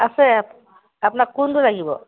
আছে আপোনাক কোনটো লাগিব